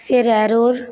ਫਿਰੈਰੋਰ